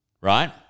right